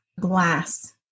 glass